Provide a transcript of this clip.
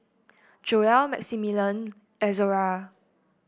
Joell Maximilian Izora